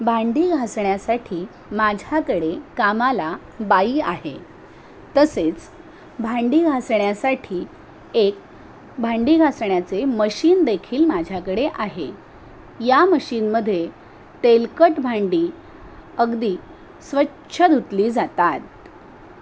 भांडी घासण्यासाठी माझ्याकडे कामाला बाई आहे तसेच भांडी घासण्यासाठी एक भांडी घासण्याचे मशीनदेखील माझ्याकडे आहे या मशीनमध्ये तेलकट भांडी अगदी स्वच्छ धुतली जातात